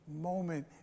moment